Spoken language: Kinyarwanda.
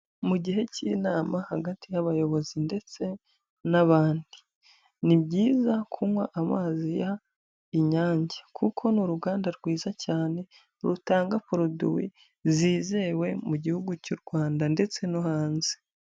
Mu gihe cy'inama hagati y'abayobozi ndetse n'abandi, ni byiza kunywa amazi y'inyange kuko ni uruganda rwiza cyane rutanga poroduwi zizewe mu gihugu cy'u Rwanda ndetse no hanze.